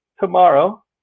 tomorrow